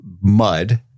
Mud